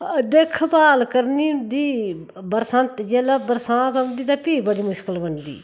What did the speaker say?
दिक्ख भाल करनी होंदी बरसांती जेल्लै बरसांत ओंदी ते भी बडी मुश्कल बनदी